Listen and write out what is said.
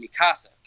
Mikasa